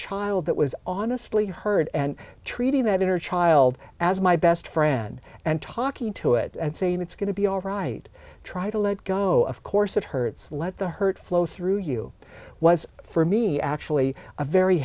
child that was honestly heard and treating that inner child as my best friend and talking to it and saying it's going to be all right try to let go of course it hurts let the hurt flow through you was for me actually a very